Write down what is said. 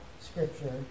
Scripture